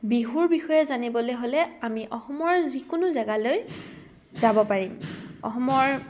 বিহুৰ বিষয়ে জানিবলে হ'লে আমি অসমৰ যিকোনো জেগালৈ যাব পাৰিম অসমৰ